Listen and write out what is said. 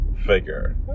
figure